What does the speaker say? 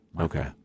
Okay